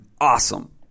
Awesome